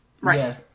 Right